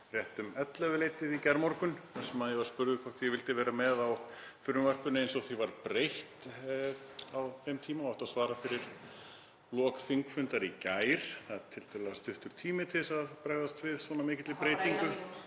rétt um ellefuleytið í gærmorgun þar sem ég var spurður hvort ég vildi vera með á frumvarpinu eins og því hafði verið breytt á þeim tíma og átti að svara fyrir lok þingfundar í gær. Það er tiltölulega stuttur tími til að bregðast við svona mikilli breytingu.